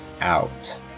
out